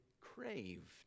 craved